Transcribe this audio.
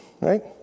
right